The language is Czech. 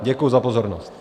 Děkuji za pozornost.